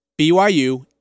BYU